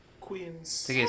queens